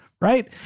Right